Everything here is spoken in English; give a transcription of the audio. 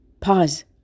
Pause